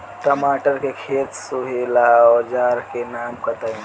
टमाटर के खेत सोहेला औजर के नाम बताई?